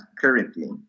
currently